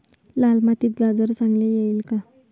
लाल मातीत गाजर चांगले येईल का?